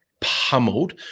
pummeled